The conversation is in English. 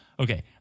Okay